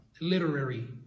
literary